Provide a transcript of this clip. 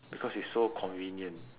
because it's so convenient